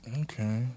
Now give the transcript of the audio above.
Okay